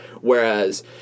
Whereas